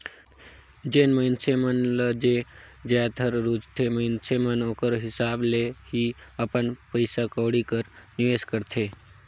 जेन मइनसे मन ल जे जाएत हर रूचथे मइनसे मन ओकर हिसाब ले ही अपन पइसा कउड़ी कर निवेस करथे